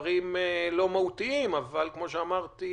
במספרים לא מהותיים אבל כמו שאמרתי,